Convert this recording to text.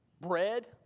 bread